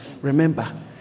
remember